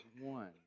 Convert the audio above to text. one